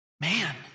man